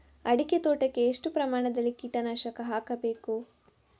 ಅಡಿಕೆ ತೋಟಕ್ಕೆ ಎಷ್ಟು ಪ್ರಮಾಣದಲ್ಲಿ ಕೀಟನಾಶಕ ಹಾಕಬೇಕು?